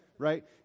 right